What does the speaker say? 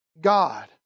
God